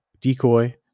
decoy